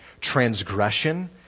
transgression